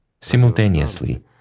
simultaneously